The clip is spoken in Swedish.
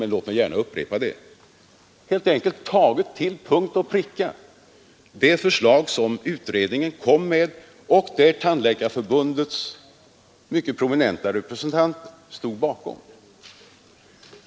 Men låt mig upprepa att vi har helt enkelt till punkt och pricka tagit det förslag som utredningen kom med och som Tandläkarförbundets mycket prominenta representanter i utredningen stod bakom.